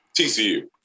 TCU